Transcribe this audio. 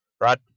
right